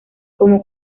como